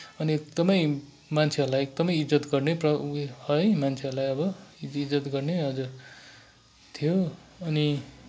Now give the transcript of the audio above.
अनि एकदमै मान्छेहरूलाई एकदमै इज्जत गर्ने उयो है मान्छेहरूलाई अब इज्जत गर्ने हजुर थियो अनि